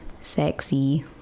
Sexy